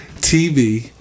TV